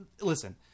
Listen